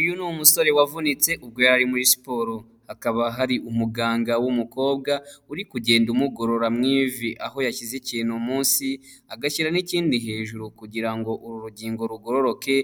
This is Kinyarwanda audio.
Uyu ni umusore wavunitse ubwo yari muri siporo, hakaba hari umuganga w'umukobwa uri kugenda umugorora mu ivi, aho yashyize ikintu munsi agashyira n'ikindi hejuru, kugira ngo uru rugingo rugororoke